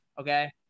okay